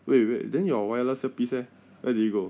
wait wait then your wireless earpiece leh where did it go